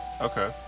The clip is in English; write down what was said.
Okay